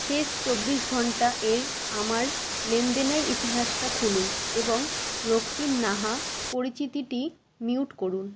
শেষ চব্বিশ ঘণ্টা এর আমার লেনদেনের ইতিহাসটা খুলুন এবং রক্তিম নাহা পরিচিতিটি মিউট করুন